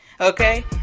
Okay